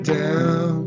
down